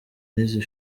n’izi